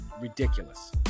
ridiculous